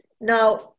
now